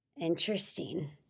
Interesting